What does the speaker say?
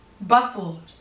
baffled